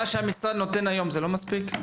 מה שהמשרד נותן היום זה לא מספיק?